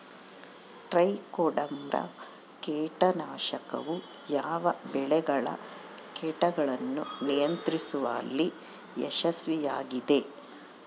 Trichoderma ಕೇಟನಾಶಕವು ಯಾವ ಬೆಳೆಗಳ ಕೇಟಗಳನ್ನು ನಿಯಂತ್ರಿಸುವಲ್ಲಿ ಯಶಸ್ವಿಯಾಗಿದೆ?